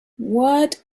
what